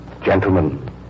Gentlemen